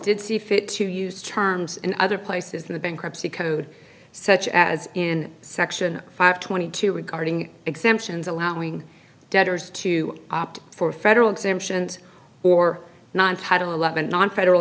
did see fit to use terms and other places in the bankruptcy code such as in section five twenty two regarding exemptions allowing debtors to opt for federal exemptions or non title allotment nonfederal